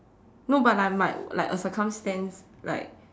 no but like might like a circumstance like